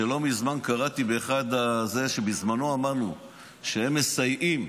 שלא מזמן קראתי שבזמנו אמרנו שהם מסייעים